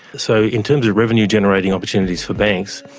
so in terms of revenue generating opportunities for banks,